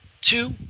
two